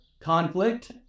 conflict